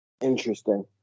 Interesting